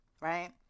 right